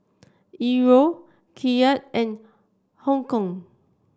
Euro Kyat and Hong Kong